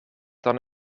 dan